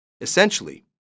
Essentially